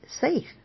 safe